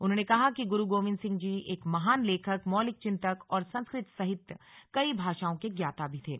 उन्होंने कहा कि गुरु गोविन्द सिंह जी एक महान लेखक मौलिक चिन्तक और संस्कृत सहित कई भाषाओं के ज्ञाता भी थे